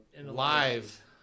Live